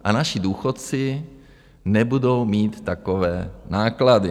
A naši důchodci nebudou mít takové náklady.